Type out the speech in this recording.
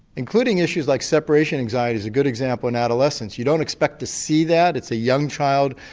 including issues like separation anxiety is a good example in adolescence, you don't expect to see that, it's a young child.